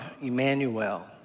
Emmanuel